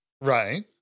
Right